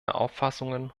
auffassungen